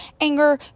anger